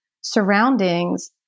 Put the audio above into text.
surroundings